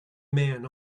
man